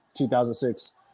2006